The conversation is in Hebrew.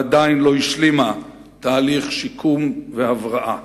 ועדיין לא השלימה תהליך שיקום והבראה.